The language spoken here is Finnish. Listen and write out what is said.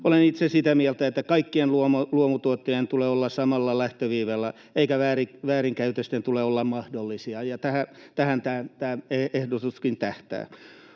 Olen itse sitä mieltä, että kaikkien luomutuottajien tulee olla samalla lähtöviivalla, eikä väärinkäytösten tule olla mahdollisia, ja tähän tämä ehdotuskin tähtää.